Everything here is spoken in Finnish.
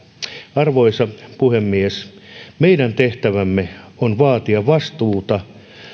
arvoisa puhemies meidän tehtävämme on vaatia vastuuta